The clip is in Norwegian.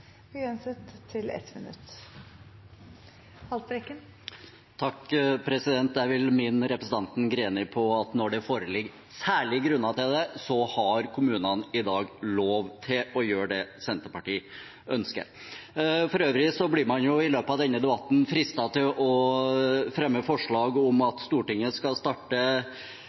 begrenset til 1 minutt. Jeg vil minne representanten Greni om at når det foreligger særlige grunner til det, har kommunene i dag lov til å gjøre det Senterpartiet ønsker. For øvrig blir man i løpet av denne debatten fristet til å fremme forslag om at Stortinget skal starte